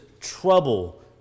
trouble